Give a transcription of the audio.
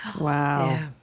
Wow